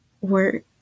work